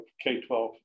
K-12